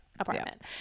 apartment